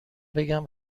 بگم